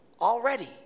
already